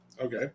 Okay